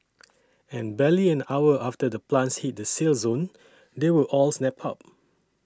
and barely an hour after the plants hit the sale zone they were all snapped up